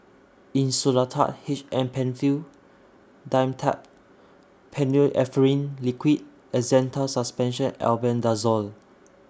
Insulatard H M PenFill Dimetapp Phenylephrine Liquid and Zental Suspension Albendazole